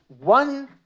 one